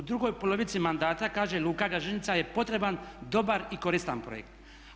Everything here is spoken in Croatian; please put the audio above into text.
U drugoj polovici mandata kaže luka Gaženica je potreban, dobar i koristan projekt.